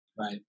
Right